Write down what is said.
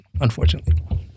Unfortunately